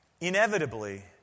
inevitably